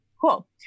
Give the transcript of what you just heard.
Cool